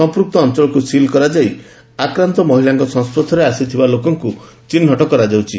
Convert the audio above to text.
ସମ୍ମକ୍ତ ଅଞ୍ଞଳକୁ ସିଲ୍ କରାଯାଇ ଆକ୍ରାନ୍ତ ମହିଳାଙ୍କ ସଂସର୍ଶରେ ଆସିଥିବା ଲୋକଙ୍କୁ ଚିହ୍ବଟ କରାଯାଉଛି